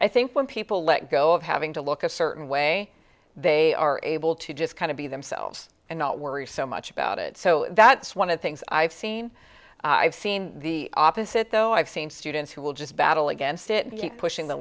i think when people let go of having to look a certain way they are able to just kind of be themselves and not worry so much about it so that's one of the things i've seen have seen the opposite though i've seen students who will just battle against it keep pushing the